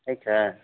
ठीक है